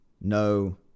no